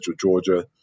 Georgia